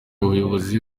ubuyobozi